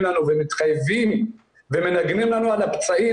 לנו ומתחייבים ומנגנים לנו על הפצעים,